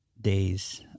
days